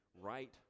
right